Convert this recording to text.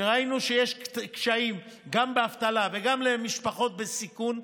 שראינו שיש קשיים, גם אבטלה וגם משפחות בסיכון,